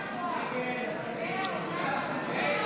ההסתייגויות לסעיף 21 בדבר תוספת תקציב